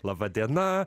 laba diena